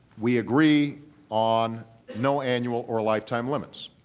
we agree on no annual or lifetime limits.